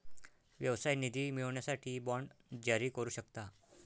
व्यवसाय निधी मिळवण्यासाठी बाँड जारी करू शकता